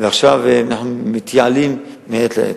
ועכשיו אנחנו מתייעלים מעת לעת.